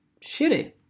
shitty